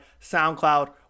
soundcloud